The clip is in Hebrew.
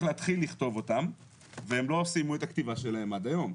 להתחיל לכתוב אותם והם לא סיימו את הכתיבה שלהם עד היום.